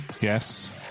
Yes